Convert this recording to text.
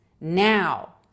now